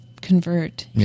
convert